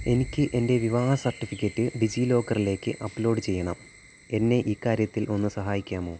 എനിക്ക് എന്റെ വിവാഹ സർട്ടിഫിക്കറ്റ് ഡിജിലോക്കറിലേക്ക് അപ്ലോഡ് ചെയ്യണം എന്നെ ഇക്കാര്യത്തിൽ ഒന്ന് സഹായിക്കാമോ